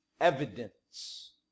evidence